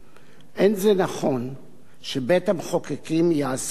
אין זה נכון שבית-המחוקקים יעסוק בהליך